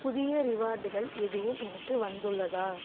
புதிய ரிவார்டுகள் எதுவும் எனக்கு வந்துள்ளதா